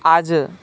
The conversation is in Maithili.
आज